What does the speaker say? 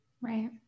Right